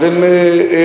אז הם כיבדו.